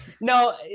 no